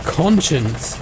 conscience